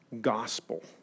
gospel